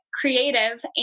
creative